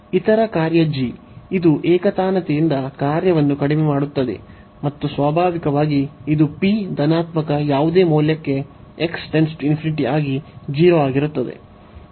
ಇನ್ನೊಂದು ಕಾರ್ಯ g ಇದು ಏಕತಾನತೆಯಿಂದ ಕಾರ್ಯವನ್ನು ಕಡಿಮೆ ಮಾಡುತ್ತದೆ ಮತ್ತು ಸ್ವಾಭಾವಿಕವಾಗಿ ಇದು p ಧನಾತ್ಮಕ ಯಾವುದೇ ಮೌಲ್ಯಕ್ಕೆ x ಆಗಿ 0 ಆಗಿರುತ್ತದೆ